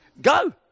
Go